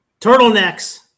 Turtlenecks